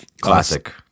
classic